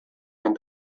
ein